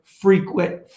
frequent